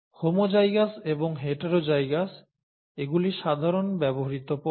homozygous এবং heterozygous এগুলি সাধারণ ব্যবহৃত পদ